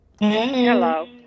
hello